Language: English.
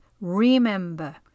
remember